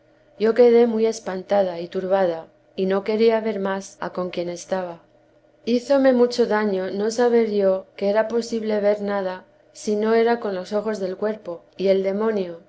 yo quedé muy espantada y turbada y no quería ver más a con quien estaba llízome mucho daño no saber yo que era posible ver teresa de jesús nada si no era con los ojos del cuerpo y el demonio